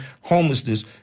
homelessness